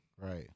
Right